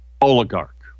oligarch